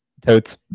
Totes